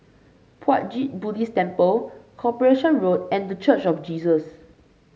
Puat Jit Buddhist Temple Corporation Road and The Church of Jesus